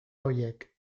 horiek